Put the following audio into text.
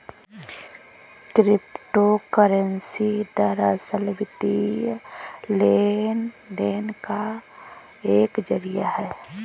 crypto currency दरअसल, वित्तीय लेन देन का एक जरिया है